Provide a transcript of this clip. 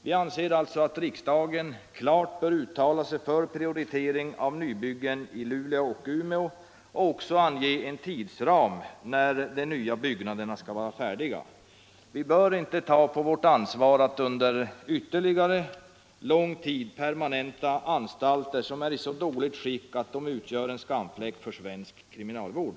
Vi anser att riksdagen klart bör uttala sig för en prioritering av nybyggen i Luleå och Umeå och även ange när de nya byggnaderna skall vara färdiga. Riksdagen bör inte ta på sitt ansvar att under ytterligare lång tid permanenta anstalter, som är i så dåligt skick att de utgör en skamfläck för svensk kriminalvård.